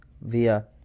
via